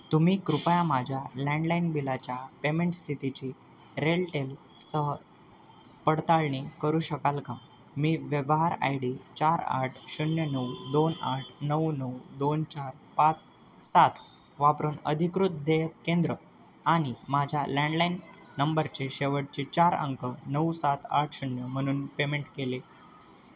तुम्ही कृपया माझ्या लँडलाईन बिलाच्या पेमेंट स्थितीची रेलटेलसह पडताळणी करू शकाल का मी व्यवहार आय डी चार आठ शून्य नऊ दोन आठ नऊ नऊ दोन चार पाच सात वापरून अधिकृत देयक केंद्र आणि माझ्या लँडलाईन नंबरचे शेवटचे चार अंक नऊ सात आठ शून्य म्हणून पेमेंट केले